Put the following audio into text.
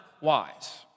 wise